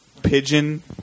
Pigeon